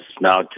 now